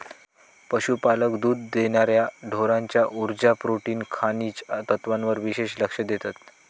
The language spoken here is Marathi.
पशुपालक दुध देणार्या ढोरांच्या उर्जा, प्रोटीन, खनिज तत्त्वांवर विशेष लक्ष देतत